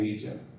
Egypt